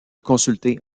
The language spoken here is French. consulter